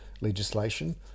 legislation